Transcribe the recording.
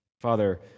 Father